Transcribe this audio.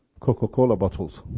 coca-cola bottles!